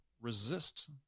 resist